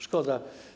Szkoda.